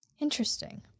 Interesting